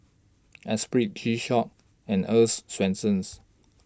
Espirit G Shock and Earl's Swensens